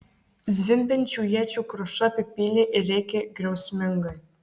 zvimbiančių iečių kruša apipylė ir rėkė griausmingai